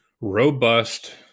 robust